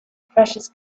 precious